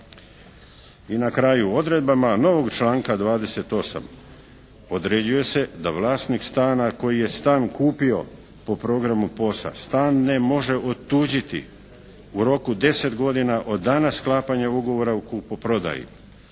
I na kraju, odredbama novog članka 28. određuje se da vlasnik stana koji je stan kupio po programu POS-a stan ne može otuđiti u roku od 10 godina od dana sklapanja ugovora o kupoprodajni.